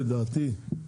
לדעתי,